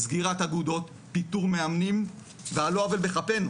סגירת אגודות, פיטור מאמנים ועל לא עוול בכפינו.